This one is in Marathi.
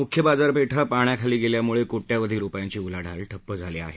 म्ख्य बाजारपेठा पाण्याखाली गेल्याम्ळे कोट्यवधी रुपयांची उलाढाल ठप्प झाली आहे